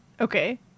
okay